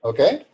Okay